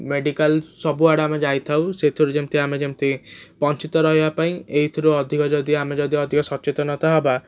medical ସବୁଆଡ଼େ ଆମେ ଯାଇଥାଉ ସେଥିରୁ ଯେମିତି ଆମେ ଯେମିତି ବଞ୍ଚିତ ରହିବା ପାଇଁ ଏଇଥିରୁ ଅଧିକ ଯଦି ଆମେ ଯଦି ଅଧିକ ସଚେତନତା ହେବା